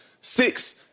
six